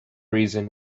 reason